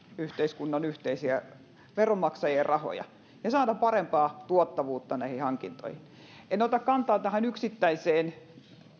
yhteiskunnan yhteisiä veronmaksajien rahoja ja saada parempaa tuottavuutta hankintoihin en ota kantaa tähän yksittäiseen